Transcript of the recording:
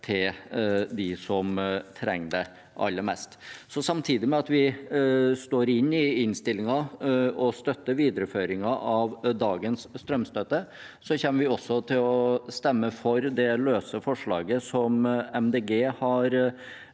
til dem som trenger det aller mest. Samtidig som vi i innstillingen støtter videreføringen av dagens strømstøtte, kommer vi også til å stemme for det løse forslaget som